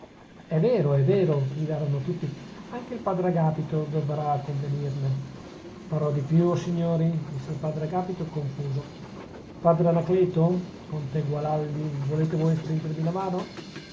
è vero è vero gridarono tutti anche il padre agapito dovrà convenirne farò di più o signori disse il padre agapito confuso padre anacleto conte gualandi volete voi stringermi la mano